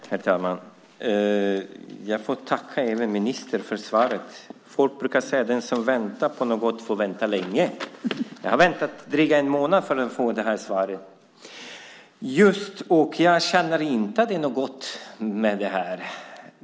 Herr talman! Jag får tacka ministern för svaret. Folk brukar säga att den som väntar på något gott får vänta länge. Jag har väntat drygt en månad för att få det här svaret, och jag känner inte att det är något gott med det.